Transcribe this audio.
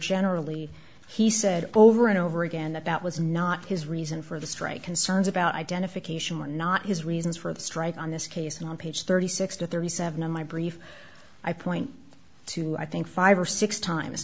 generally he said over and over again that that was not his reason for the strike concerns about identification were not his reasons for of strike on this case and on page thirty six to thirty seven in my brief i point to i think five or six times